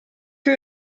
que